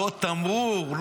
לא תמרור,